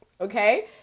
okay